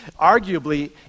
arguably